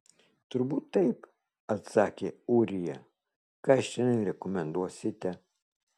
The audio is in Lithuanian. turbūt taip atsakė ūrija ką šiandien rekomenduosite